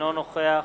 אינו נוכח